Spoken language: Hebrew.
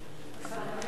בנושא: